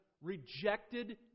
rejected